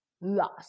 lost